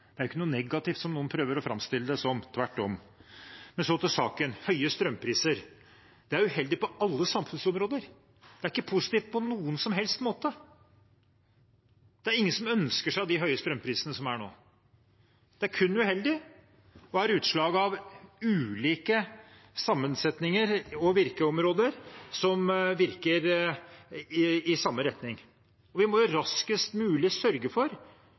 Det er ikke noe negativt, som noen prøver å framstille det som – tvert om. Så til saken: Høye strømpriser er uheldig på alle samfunnsområder. Det er ikke positivt på noen som helst måte. Det er ingen som ønsker seg de høye strømprisene som er nå, det er kun uheldig og er utslag av ulike sammensetninger og virkeområder som virker i samme retning. Vi må raskest mulig sørge for